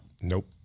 Nope